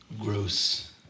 Gross